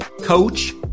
coach